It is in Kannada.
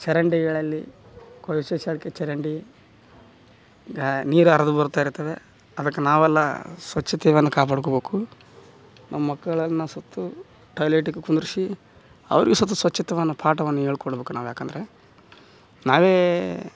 ಚರಂಡಿಗಳಲ್ಲಿ ಕೊಳಚೆ ಚರಂಡಿ ನೀರು ಹರ್ದು ಬರ್ತಾ ಇರ್ತದೆ ಅದಕ್ಕೆ ನಾವೆಲ್ಲ ಸ್ವಚ್ಛತೆಯನ್ನ ಕಾಪಾಡ್ಕೊಬೇಕು ನಮ್ಮ ಮಕ್ಕಳನ್ನು ಸತ್ತು ಟಾಯ್ಲೆಟಿಗೆ ಕುಂದ್ರಸಿ ಅವ್ರಿಗೆ ಸತ್ತು ಸ್ವಚ್ಛತೆಯನ್ನು ಪಾಠವನ್ನ ಹೇಳ್ಕೊಡ್ಬೇಕು ನಾವು ಯಾಕಂದರೆ ನಾವೇ